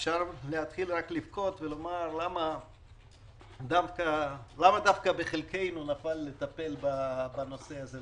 אפשר להתחיל רק לבכות ולומר למה דווקא בחלקנו נפל לטפל בנושא הזה?